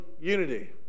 unity